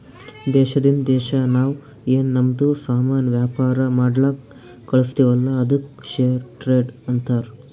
ದೇಶದಿಂದ್ ದೇಶಾ ನಾವ್ ಏನ್ ನಮ್ದು ಸಾಮಾನ್ ವ್ಯಾಪಾರ ಮಾಡ್ಲಕ್ ಕಳುಸ್ತಿವಲ್ಲ ಅದ್ದುಕ್ ಫೇರ್ ಟ್ರೇಡ್ ಅಂತಾರ